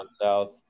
south